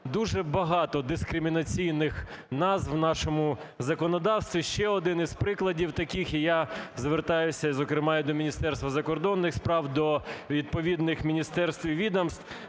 дуже багато дискримінаційних назв в нашому законодавстві. Ще один з прикладів таких і я звертаюсь зокрема до Міністерства закордонних справ, до відповідних міністерств і відомств.